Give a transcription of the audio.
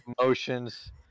Emotions